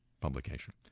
publication